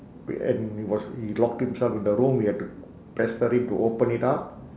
we and it was he locked himself in the room we had to pester him to open it up